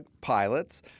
pilots